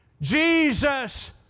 Jesus